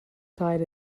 died